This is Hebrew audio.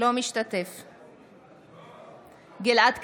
אינו משתתף בהצבעה גלעד קריב,